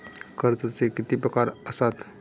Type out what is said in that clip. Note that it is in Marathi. कर्जाचे किती प्रकार असात?